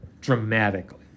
dramatically